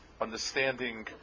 Understanding